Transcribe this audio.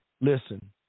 Listen